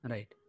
Right